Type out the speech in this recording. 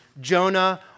Jonah